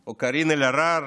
או קארין אלהרר,